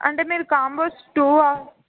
అంటే మీరు combos to a